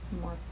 more